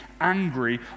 angry